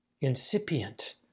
incipient